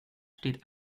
steht